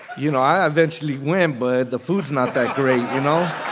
you know, i eventually went, but the food's not that great, you know